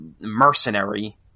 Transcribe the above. mercenary